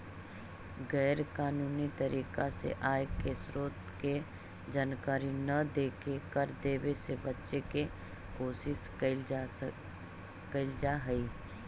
गैर कानूनी तरीका से आय के स्रोत के जानकारी न देके कर देवे से बचे के कोशिश कैल जा हई